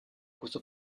questo